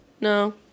No